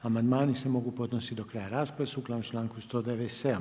Amandmani se mogu podnositi do kraja rasprave sukladno članku 197.